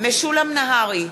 משולם נהרי,